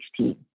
2016